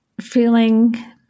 feeling